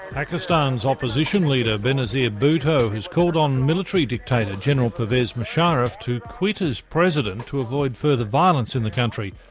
pakistan's opposition leader benazir bhutto has called on military dictator, general pervez musharraf to quit as president to avoid further violence in the country.